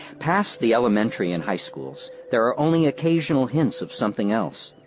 past the elementary and high schools, there are only occasional hints of something else.